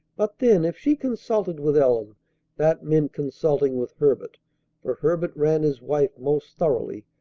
but then, if she consulted with ellen that meant consulting with herbert for herbert ran his wife most thoroughly,